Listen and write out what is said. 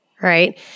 right